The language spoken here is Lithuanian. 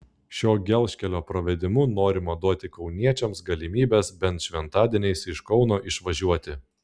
šio gelžkelio pravedimu norima duoti kauniečiams galimybes bent šventadieniais iš kauno išvažiuoti